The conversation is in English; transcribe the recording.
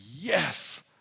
yes